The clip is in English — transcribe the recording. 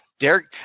Derek